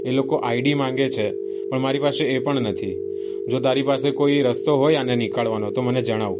એ લોકો આઈડી માંગે છે પણ મારી પાસે એ પણ નથી જો તારી પાસે કોઈ રસ્તો હોય અને નીકળવાનો હોય તો મને જણાવ